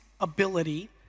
ability